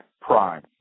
prime